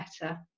better